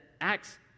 Acts